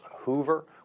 Hoover